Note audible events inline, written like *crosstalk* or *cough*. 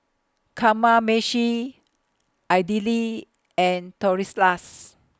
Kamameshi Idili and *unintelligible*